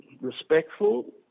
respectful